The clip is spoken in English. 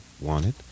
Wanted